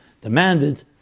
demanded